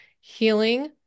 healing